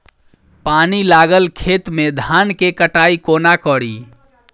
पानि लागल खेत मे धान केँ कटाई कोना कड़ी?